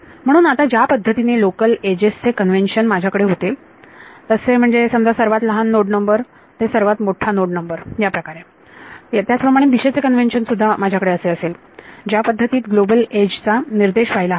म्हणून आता ज्या पद्धतीने लोकल एजेस चे कन्वेंशन माझ्याकडे होते तसे म्हणजे समजा सर्वात लहान नोड नंबर ते सर्वात मोठा नोड नंबर याप्रकारे त्याचप्रमाणे दिशेचे कन्वेंशन सुद्धा माझ्याकडे असे असेल ज्या पद्धतीत ग्लोबल एज चा निर्देश व्हायला हवा